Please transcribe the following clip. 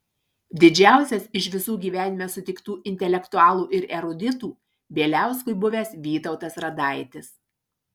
didžiausias iš visų gyvenime sutiktų intelektualų ir eruditų bieliauskui buvęs vytautas radaitis